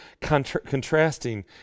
contrasting